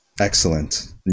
Excellent